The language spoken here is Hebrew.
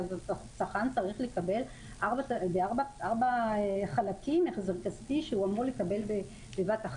הצרכן צריך לקבל בארבעה חלקים החזר כספי שהוא אמור לקבל בבת-אחת,